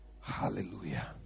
Hallelujah